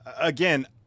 again